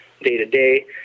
day-to-day